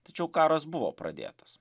tačiau karas buvo pradėtas